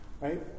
right